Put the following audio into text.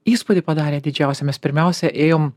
įspūdį padarė didžiausią mes pirmiausia ėjom